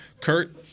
Kurt